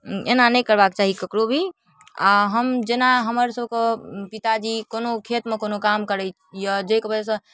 एना नहि करबाक चाही ककरो भी आओर हम जेना हमर सबके पिताजी कोनो खेतमे कोनो काम करैया जाहिके वजहसँ